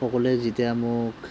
সকলোৱে যেতিয়া মোক